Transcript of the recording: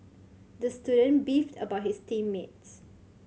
the student beefed about his team mates